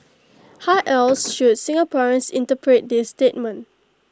how else should Singaporeans interpret this statement